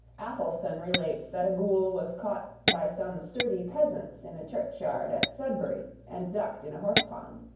atholston relates that a ghoul was caught by some sturdy peasants in a churchyard at sudbury and ducked in a horsepond.